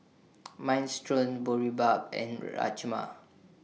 Minestrone Boribap and Rajma